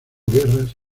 guerras